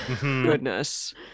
Goodness